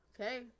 Okay